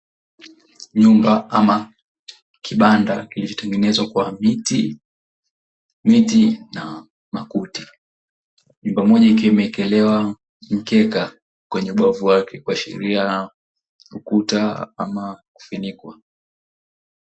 Nyumba ama kibanda kilichotengenezwa kwa miti na makuti. Nyumba moja ikiwa imewekelewa mkeka kwenye ubavu wake kuashiria ukuta ama kufinikwa.